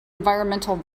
environment